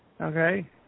Okay